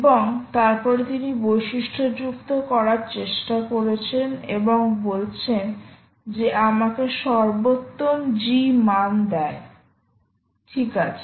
এবং তারপরে তিনি বৈশিষ্ট্যযুক্ত করার চেষ্টা করেছেন এবং বলছেন যা আমাকে সর্বোত্তম G মান দেয় ঠিক আছে